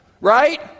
Right